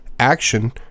Action